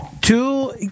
Two